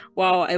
wow